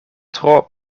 tro